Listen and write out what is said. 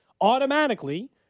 automatically